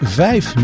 vijf